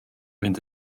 fynd